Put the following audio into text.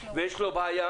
ויש לו בעיה